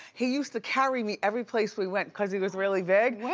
he used to carry me every place we went cause he was really big. wendy!